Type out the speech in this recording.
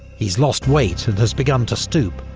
he's lost weight and has begun to stoop.